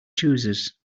choosers